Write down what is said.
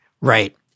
Right